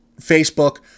Facebook